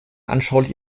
anschaulich